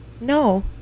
No